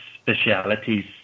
specialities